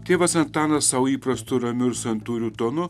tėvas antanas sau įprastu ramiu santūriu tonu